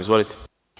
Izvolite.